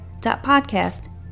podcast